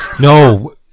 No